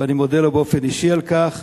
ואני מודה לו באופן אישי על כך,